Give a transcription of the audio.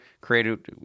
created